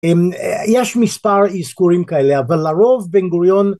יש מספר אזכורים כאלה אבל לרוב בן גוריון